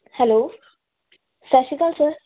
hello ਸਤਿ ਸ਼੍ਰੀ ਅਕਾਲ ਸਰ